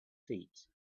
feet